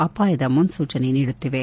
ಅಪಾಯದ ಮುನ್ಸೂಚನೆ ನೀಡುತ್ತಿವೆ